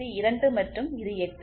இது 2 மற்றும் இது 8